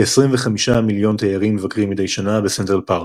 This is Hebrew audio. כ-25 מיליון תיירים מבקרים מדי שנה בסנטרל פארק.